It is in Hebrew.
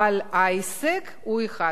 אבל ההישג הוא אחד: